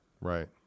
right